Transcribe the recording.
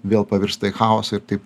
vėl pavirsta į chaosą ir taip